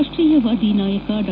ರಾಷ್ಟೀಯವಾದಿ ನಾಯಕ ಡಾ